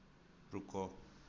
रुको